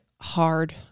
hard